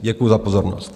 Děkuji za pozornost.